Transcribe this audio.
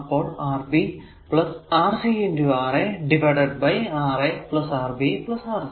അപ്പോൾ Rb Rc Ra divided by Ra Rb Rc